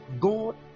God